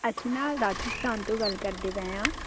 ਅਸੀਂ ਨਾ ਰਾਜਸਥਾਨ ਤੋਂ ਗੱਲ ਕਰਦੇ ਪਏ ਹਾਂ